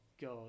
god